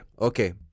okay